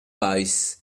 weiß